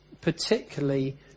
particularly